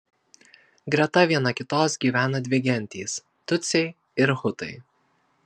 greta viena kitos gyvena dvi gentys tutsiai ir hutai